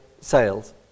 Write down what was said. sales